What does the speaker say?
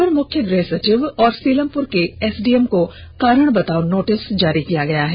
अपर मुख्य गृह सचिव और सीलमपुर के एस डी एम को कारण बताओ नोटिस जारी किया गया है